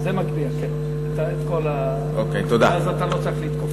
זה מגביה, כן, את כל, אז אתה לא צריך להתכופף.